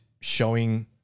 showing